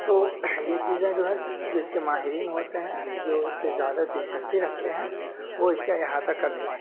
تو یہ چیزیں جو ہے جو اس کے ماہرین ہوتے ہیں جو اس سے زیادہ دلچسپی رکھتے ہیں وہ اس کا احاطہ کرتے ہیں